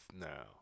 now